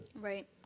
Right